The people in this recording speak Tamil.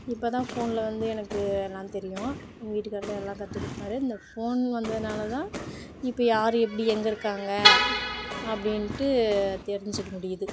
இப்போ தான் ஃபோனில் வந்து எனக்கு எல்லாம் தெரியும் எங்கள் வீட்டுக்காரரு தான் எல்லாம் கற்றுக் கொடுத்தாரு இந்த ஃபோன் வந்ததினால தான் இப்போ யார் எப்படி எங்கே இருக்காங்க அப்படின்ட்டு தெரிஞ்சுக்க முடியுது